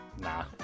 nah